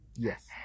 Yes